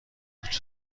بود